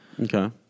Okay